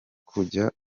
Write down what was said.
kujya